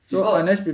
because